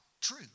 true